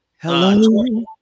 Hello